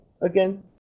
again